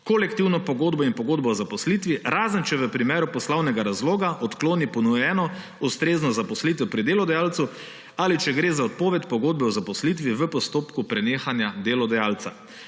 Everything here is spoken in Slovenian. kolektivno pogodbo in pogodbo o zaposlitvi, razen če v primeru poslovnega razloga odkloni ponujeno ustrezno zaposlitev pri delodajalcu ali če gre za odpoved pogodbe o zaposlitvi v postopku prenehanja delodajalca.